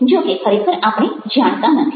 જો કે ખરેખર આપણે જાણતા નથી